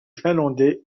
finlandais